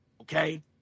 okay